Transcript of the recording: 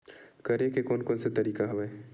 करे के कोन कोन से तरीका हवय?